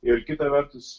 ir kita vertus